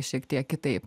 šiek tiek kitaip